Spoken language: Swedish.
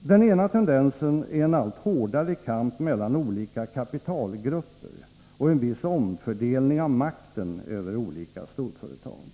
Den ena tendensen är en allt hårdare kamp mellan olika kapitalgrupper och en viss omfördelning av makten över olika storföretag.